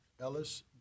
Ellis